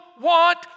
want